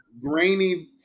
grainy